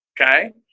Okay